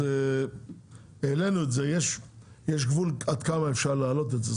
הסכום עלה ויש גבול עד כמה אפשר להעלות את זה,